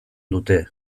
dute